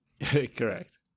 correct